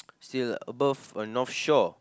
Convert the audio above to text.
still above a North Shore